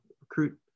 recruit